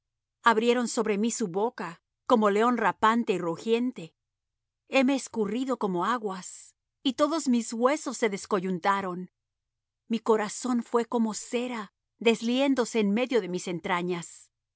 abrieron sobre mí su boca como león rapante y rugiente heme escurrido como aguas y todos mis huesos se descoyuntaron mi corazón fué como cera desliéndose en medio de mis entrañas